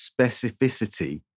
specificity